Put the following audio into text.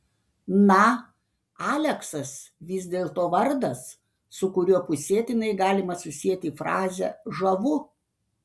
na aleksas vis dėlto vardas su kuriuo pusėtinai galima susieti frazę žavu